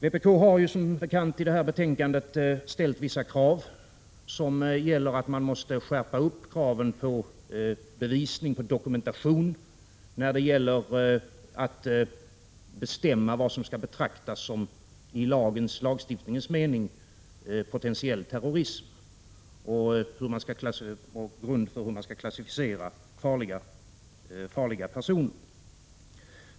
10 december 1986 Vpk har som bekant i anslutning till förevarande betänkande framhållitatt Z G S man måste ”skärpa upp” kraven på bevisning, på dokumentation, när det gäller att bestämma vad som skall betraktas som i lagstiftningens mening potentiell terrorism och grunden för hur man skall klassificera farliga personer.